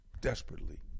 desperately